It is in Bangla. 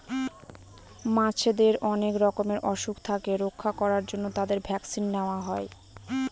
মাছেদের অনেক রকমের অসুখ থেকে রক্ষা করার জন্য তাদের ভ্যাকসিন দেওয়া হয়